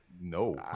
no